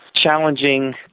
challenging